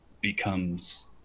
becomes